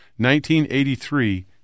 1983